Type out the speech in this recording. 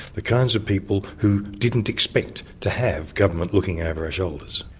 the kinds of people who didn't expect to have governments looking over our shoulders.